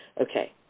Okay